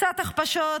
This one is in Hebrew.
קצת הכפשות,